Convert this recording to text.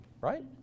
right